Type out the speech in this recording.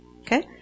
okay